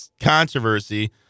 controversy